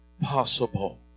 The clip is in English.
possible